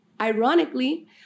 ironically